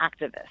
activist